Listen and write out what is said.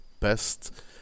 best